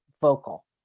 vocal